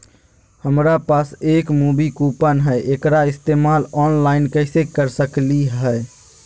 हमरा पास एक मूवी कूपन हई, एकरा इस्तेमाल ऑनलाइन कैसे कर सकली हई?